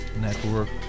Network